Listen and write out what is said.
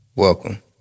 Welcome